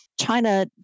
China